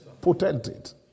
Potentate